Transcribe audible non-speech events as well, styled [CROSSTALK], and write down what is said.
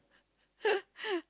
[LAUGHS]